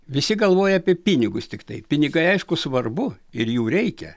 visi galvoja apie pinigus tiktai pinigai aišku svarbu ir jų reikia